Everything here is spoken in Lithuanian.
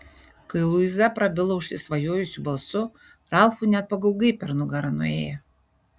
kai luiza prabilo užsisvajojusiu balsu ralfui net pagaugai per nugarą nuėjo